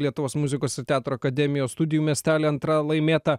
lietuvos muzikos ir teatro akademijos studijų miestely antra laimėta